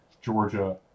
Georgia